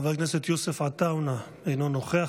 חבר הכנסת יוסף עטאונה, אינו נוכח.